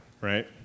right